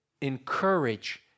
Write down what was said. encourage